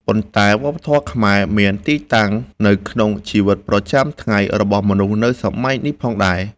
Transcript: ប៉ុន្តែវប្បធម៌ខ្មែរមានទីតាំងនៅក្នុងជីវិតប្រចាំថ្ងៃរបស់មនុស្សនៅសម័យនេះផងដែរ។